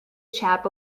chap